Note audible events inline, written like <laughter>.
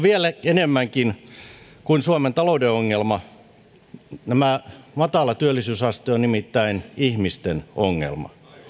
<unintelligible> vielä enemmän kuin suomen talouden ongelma matala työllisyysaste on nimittäin ihmisten ongelma